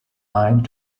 line